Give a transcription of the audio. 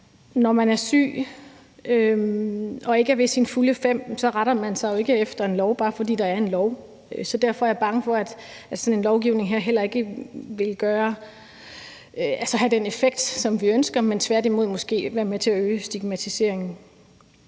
når man er syg og ikke er ved sine fulde fem, så retter man sig jo ikke efter en lov, bare fordi der er en lov. Derfor er jeg bange for, at sådan en lovgivning her heller ikke vil have den effekt, som vi ønsker, men tværtimod måske kan være med til øge stigmatiseringen.